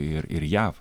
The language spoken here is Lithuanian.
ir ir jav